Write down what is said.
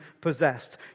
possessed